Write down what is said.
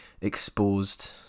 exposed